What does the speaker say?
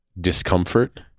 discomfort